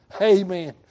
amen